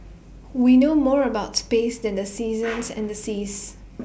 we know more about space than the seasons and the seas